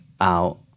out